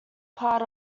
part